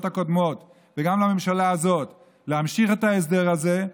הקודמות וגם לממשלה הזאת להמשיך את ההסדר הזה,